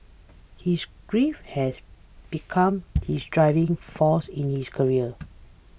his grief has become his driving force in his career